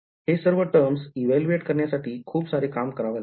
हे सर्व terms evaluate करण्यासाठी खुप सारे काम करावं लागेल